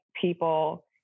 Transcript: People